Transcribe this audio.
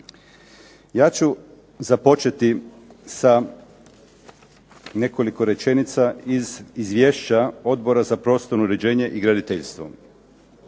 Ja ću započeti sa nekoliko rečenica iz izvješća Odbora za prostorno uređenje i graditeljstvo.